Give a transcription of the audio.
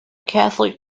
catholic